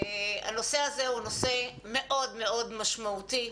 הנושא הזה הוא נושא מאוד מאוד משמעותי,